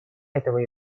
этого